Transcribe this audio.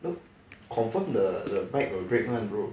no confirm the bike will break [one] bro